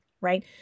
right